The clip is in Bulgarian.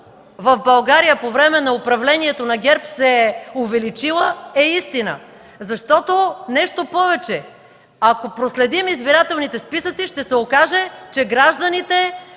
в България по време на управлението на ГЕРБ се е увеличила, ще се окаже истина. Нещо повече, ако проследим избирателните списъци, ще се окаже, че гражданите